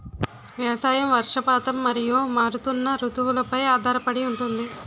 వ్యవసాయం వర్షపాతం మరియు మారుతున్న రుతువులపై ఆధారపడి ఉంటుంది